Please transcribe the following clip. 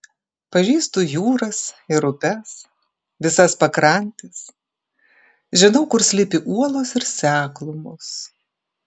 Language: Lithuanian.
pažįstu jūras ir upes visas pakrantes žinau kur slypi uolos ir seklumos